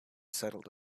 settled